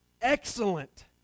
excellent